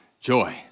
joy